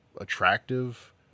attractive